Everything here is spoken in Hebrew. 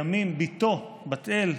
לימים בתו בת אל,